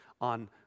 on